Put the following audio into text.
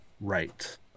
right